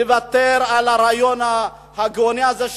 לוותר על הרעיון הגאוני הזה,